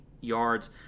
yards